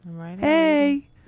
hey